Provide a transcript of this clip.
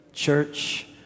Church